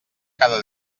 cada